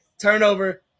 turnover